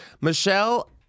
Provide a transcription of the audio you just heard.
Michelle